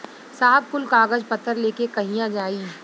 साहब कुल कागज पतर लेके कहिया आई?